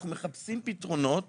אנחנו מחפשים פתרונות